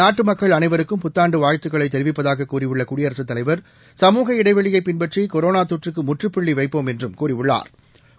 நாட்டு மக்கள் அனைவருக்கும் புத்தாண்டு வாழ்த்துக்களை தெரிவிப்பதாக கூறியுள்ள குடியரசுத் தலைவா் சமூக இடைவெளியை பின்பற்றி கொரோனா தொற்றுக்கு முற்றுப்புள்ளி வைப்போம் என்றும் கூறியுள்ளாா்